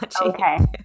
Okay